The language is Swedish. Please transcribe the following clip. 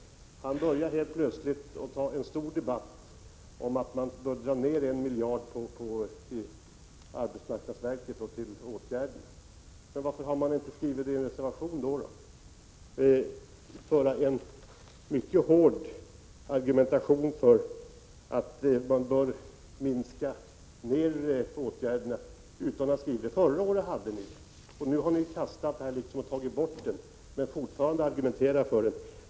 Han startar plötsligt en stor debatt om att anslaget till arbetsmarknadsverkets olika åtgärder skall dras ned med 1 miljard kronor. Varför har man inte skrivit in det i en reservation? Förra året föreslog ni att åtgärderna skulle minskas, men det gör ni alltså inte i år. Nu nöjer ni er med att argumentera mycket hårt för det.